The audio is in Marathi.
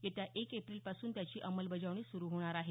येत्या एक एप्रिलपासून त्याची अंमलबजावणी सुरू होणार आहे